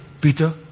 Peter